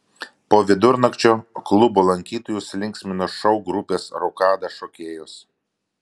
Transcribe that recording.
po vidurnakčio klubo lankytojus linksmino šou grupės rokada šokėjos